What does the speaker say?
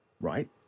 Right